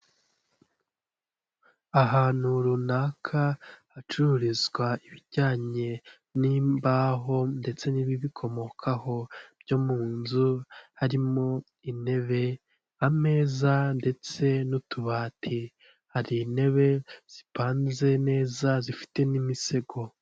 Ahantu runaka hacururizwa ibijyanye n'imbaho ndetse n'ibibikomokaho byo mu nzu, harimo intebe, ameza ndetse n'utubati ,hari intebe zipanze neza zifite n'imisego.